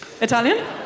Italian